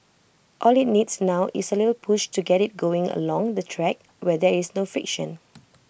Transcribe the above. all IT needs now is A little push to get IT going along the track where there is no friction